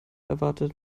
erwartet